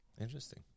interesting